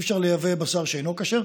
אי-אפשר לייבא בשר שאינו כשר.